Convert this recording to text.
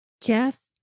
Jeff